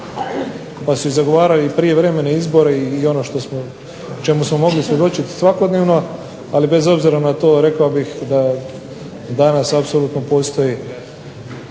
pa su zagovarali i prijevremene izbore i ono što smo, o čemu smo mogli svjedočiti svakodnevno. Ali bez obzira na to rekao bih da danas apsolutno postoji